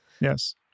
Yes